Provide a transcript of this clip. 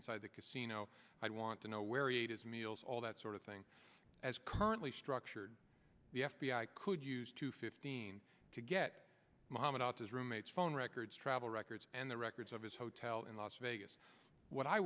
inside that casino i want to know where it is meals all that sort of thing as currently structured the f b i could use to fifteen to get muhammad out as roommates phone records travel records and the records of his hotel in las vegas what i